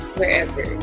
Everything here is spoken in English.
Wherever